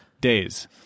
Days